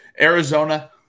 arizona